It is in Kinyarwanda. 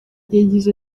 yagize